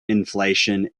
inflation